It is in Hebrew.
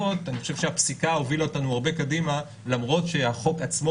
אני חושב שהפסיקה הובילה אותנו הרבה קדימה למרות שהחוק עצמו